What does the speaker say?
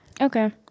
okay